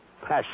passion